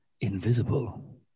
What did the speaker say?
invisible